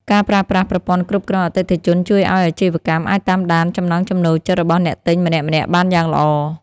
ការប្រើប្រាស់ប្រព័ន្ធគ្រប់គ្រងអតិថិជនជួយឱ្យអាជីវកម្មអាចតាមដានចំណង់ចំណូលចិត្តរបស់អ្នកទិញម្នាក់ៗបានយ៉ាងល្អ។